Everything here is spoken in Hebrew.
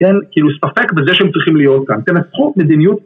כן, כאילו ספק בזה שהם צריכים להיות כאן, תנסחו מדיניות